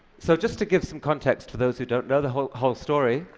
so just to give some context for those who don't know the whole whole story